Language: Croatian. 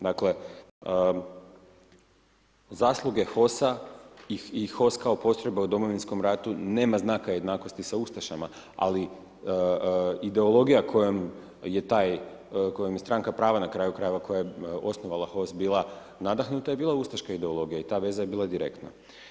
Dakle, zasluge HOS-a i HOS kao postrojba u Domovinskom ratu nema znaka jednakosti sa ustašama, ali ideologija kojom je taj, kojoj je Stranka prava na kraju krajeva, koja je osnovala HOS, bila nadahnuta je bila ustaška ideologija, i ta veza je bila direktna.